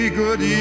good